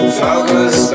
focus